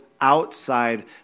outside